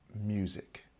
music